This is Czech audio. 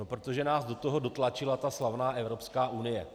Protože nás do toho dotlačila ta slavná Evropská unie.